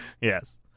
Yes